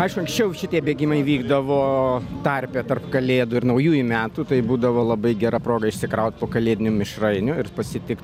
aišku anksčiau šitie bėgimai vykdavo tarpe tarp kalėdų ir naujųjų metų tai būdavo labai gera proga išsikraut po kalėdinių mišrainių ir pasitikt